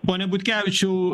pone butkevičiau